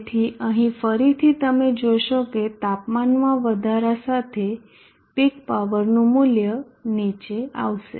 તેથી અહીં ફરીથી તમે જોશો કે તાપમાનમાં વધારા સાથે પીક પાવરનું મૂલ્ય નીચે આવશે